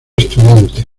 estudiante